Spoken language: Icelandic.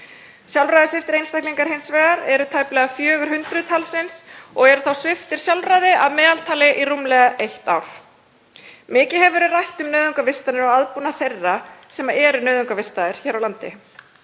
Sjálfræðissviptir einstaklingar eru hins vegar tæplega 400 talsins og eru sviptir sjálfræði að meðaltali í rúmlega eitt ár. Mikið hefur verið rætt um nauðungarvistanir og aðbúnað þeirra sem eru nauðungarvistaðir hér á landi.